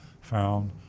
found